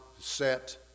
set